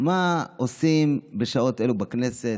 מה עושים בשעות אלו בכנסת.